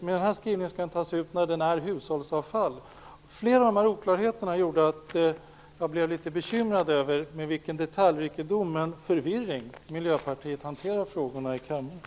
Enligt den här skrivningen skall den tas ut när förpackningen är hushållsavfall. Flera av de här oklarheterna gjorde att jag blev litet bekymrad över med vilken detaljrikedom men förvirring Miljöpartiet hanterar frågorna i kammaren.